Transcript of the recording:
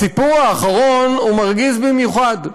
הסיפור האחרון הוא מרגיז במיוחד.